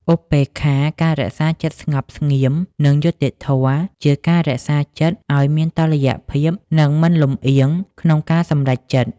ឧបេក្ខា ការរក្សាចិត្តស្ងប់ស្ងៀម និងយុត្តិធម៌ជា ការរក្សាចិត្តឱ្យមានតុល្យភាព និងមិនលំអៀងក្នុងការសម្រេចចិត្ត។